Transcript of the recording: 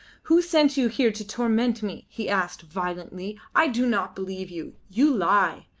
who sent you here to torment me? he asked, violently. i do not believe you. you lie.